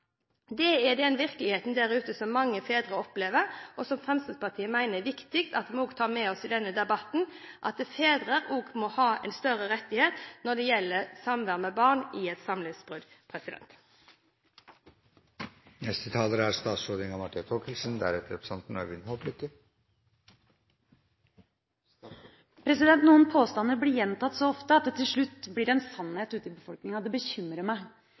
Det er den virkeligheten som mange fedre opplever der ute, og som Fremskrittspartiet mener er viktig at vi også tar med oss i denne debatten. Fedre må også ha større rettigheter når det gjelder samvær med barn etter samlivsbrudd. Noen påstander blir gjentatt så ofte at de til slutt blir en sannhet ute i befolkninga. Det bekymrer meg.